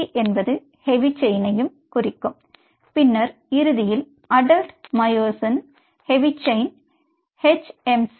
C என்பது heavy chain பின்னர் இறுதியில் adult myosin heavy chain M